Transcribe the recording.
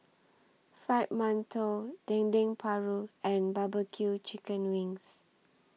Fried mantou Dendeng Paru and Barbecue Chicken Wings